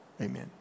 amen